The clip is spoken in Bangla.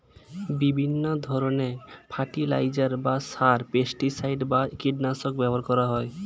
বিভিন্ন ধরণের ফার্টিলাইজার বা সার, পেস্টিসাইড বা কীটনাশক ব্যবহার করা হয়